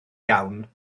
iawn